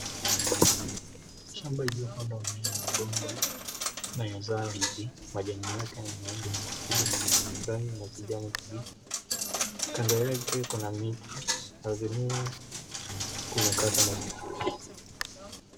Shamba iliyopandwa mimea ya mgomba inayozaa ndizi majani yake ya makubwa rangi ya kijani kibichi. Kando yake kuna miti ardhini kunakatwa miti.